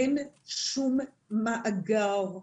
אין שום מאגר.